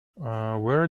where